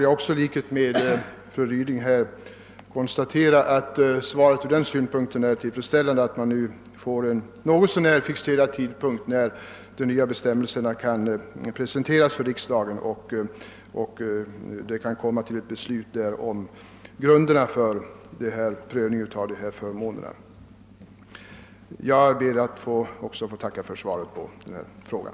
Jag får därför i likhet med fru Ryding konstatera att svaret från den synpunkten är tillfredsställande, eftersom vi nu får en något så när fixerad tidpunkt när de nya bestämmelserna kan presenteras för riksdagen och beslut kan fattas om grunderna för prövningen av dessa förmåner. Även jag ber att få tacka för svaret på frågan.